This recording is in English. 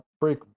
break